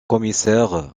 commissaire